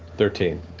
thirteen.